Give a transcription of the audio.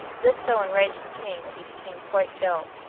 this so enraged the king that he became quite ill,